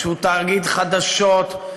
שהוא תאגיד חדשות,